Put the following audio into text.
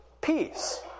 peace